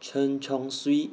Chen Chong Swee